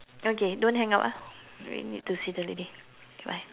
okay don't hang up ah really need to see the lady bye